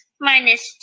minus